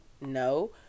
no